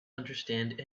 understand